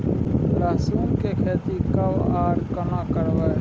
लहसुन की खेती कब आर केना करबै?